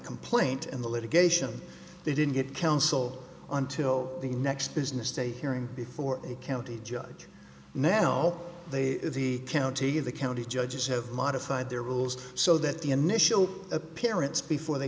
complaint in the litigation they didn't get counsel until the next business day hearing before a county judge now they the county the county judges have modified their rules so that the initial appearance before the